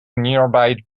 nearby